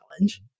challenge